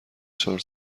چهار